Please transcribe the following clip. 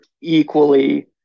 equally